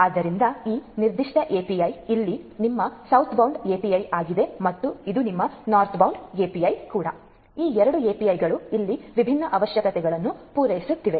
ಆದ್ದರಿಂದ ಈ ನಿರ್ದಿಷ್ಟ API ಇಲ್ಲಿ ನಿಮ್ಮ ಸೌತ್ಬೌಂಡ್ API ಆಗಿದೆ ಮತ್ತು ಇದು ನಿಮ್ಮ ನಾರ್ತ್ಬೌಂಡ್ API ಈ ಎರಡು API ಗಳು ಇಲ್ಲಿ ವಿಭಿನ್ನ ಅವಶ್ಯಕತೆಗಳನ್ನು ಪೂರೈಸುತ್ತಿವೆ